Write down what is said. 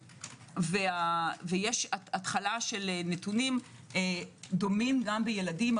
יש התחלה של נתונים דומים גם בילדים.